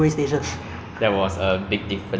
my parents bring me to go malaysia then there was a